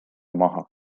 maha